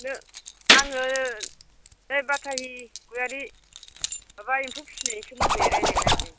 आङो ओइ बाटारि गयारि माबा एम्फौ फिसिनायनि सोमोन्दै रायलायनो नागिरदों